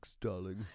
darling